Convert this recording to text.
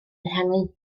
ehangu